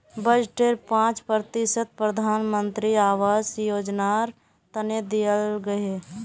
बजटेर पांच प्रतिशत प्रधानमंत्री आवास योजनार तने दियाल गहिये